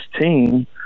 team